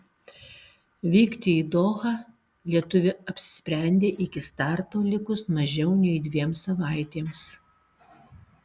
vykti į dohą lietuvė apsisprendė iki starto likus mažiau nei dviem savaitėms